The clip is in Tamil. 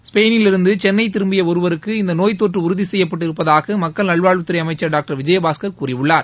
ஸ்பெயினில் இருந்து சென்னை திரும்பிய ஒருவருக்கு இந்த நோய் தொற்று உறுதி செய்யப்பட்டு இருப்பதாக மக்கள் நல்வாழ்வுத் துறை அமைச்சர் டாக்டர் விஜயபாஸ்கர் கூறியுள்ளார்